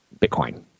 Bitcoin